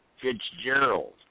Fitzgerald